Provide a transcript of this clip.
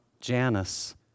Janice